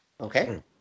Okay